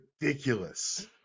ridiculous